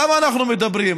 על כמה אנחנו מדברים?